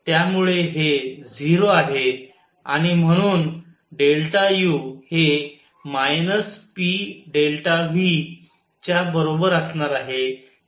त्यामुळे हे 0 आहे आणि म्हणून U हे pV च्या बरोबर असणार आहे